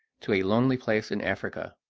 to a lonely place in africa.